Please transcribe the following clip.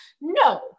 no